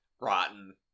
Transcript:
Rotten